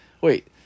wait